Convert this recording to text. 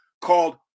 called